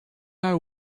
are